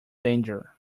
danger